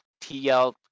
TL